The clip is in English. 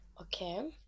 okay